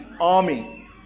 army